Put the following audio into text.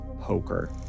Poker